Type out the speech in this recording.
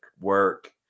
work